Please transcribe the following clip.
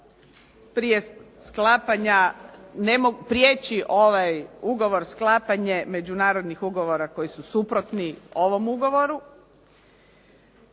priječi ovaj ugovor sklapanje međunarodnih ugovora koji su suprotni ovim ugovoru.